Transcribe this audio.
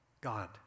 God